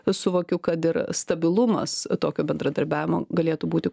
suvokiu kad ir stabilumas tokio bendradarbiavimo galėtų būti